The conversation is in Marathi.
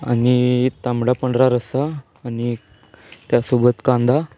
आणि तांबडा पांढरा रस्सा आणि त्यासोबत कांदा